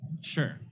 sure